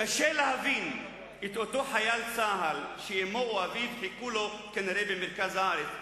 "קשה להבין את אותו חייל צה"ל שאמו או אביו חיכו לו כנראה במרכז הארץ,